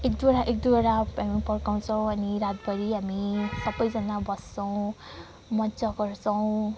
एक दुईवटा एक दुईवटा भए पनि पड्काउँछौँ अनि रातभरि हामी सबैजना बस्छौँ मजा गर्छौँ